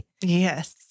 Yes